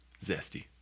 Zesty